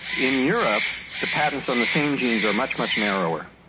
in europe the patents on the same genes are much, much narrower.